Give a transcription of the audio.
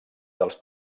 dels